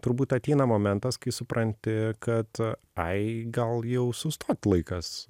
turbūt ateina momentas kai supranti kad ai gal jau sustot laikas